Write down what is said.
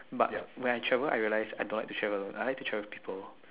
but ya when I travel I realize I don't like to travel I like to travel with people